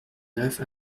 neuf